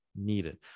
needed